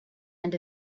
end